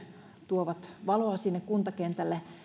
tuovat valoa sinne kuntakentälle